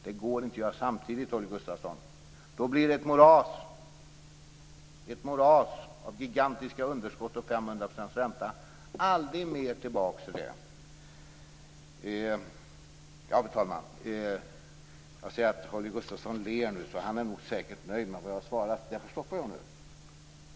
Det går inte att göra allt samtidigt, Holger Gustafsson. Då blir det ett moras av gigantiska underskott och 500 % ränta. Aldrig mer tillbaka till det! Fru talman! Jag ser att Holger Gustafsson ler, så han är säkert nöjd med vad jag har svarat. Därför stannar jag där nu. Lindh skulle lämna information om resultatet av EU